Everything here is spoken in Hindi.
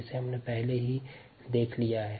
जिसे हमने पहले ही देख लिया है